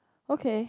okay